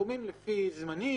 סכומים לפי זמנים